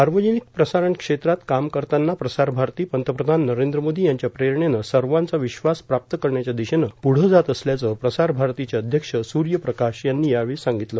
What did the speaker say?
सार्वजनिक प्रसारण क्षेत्रात काम करताना प्रसारभारती पंतप्रधान नरेंद्र मोदी यांच्या प्रेरणेनं सर्वांचा विश्वास प्राप्त करण्याच्या दिशेनं पुढं जात असल्याचं प्रसारभारतीचे अध्यक्ष सूर्यप्रकाश यांनी यावेळी सांगितलं